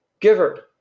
Giver